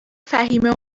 فهیمه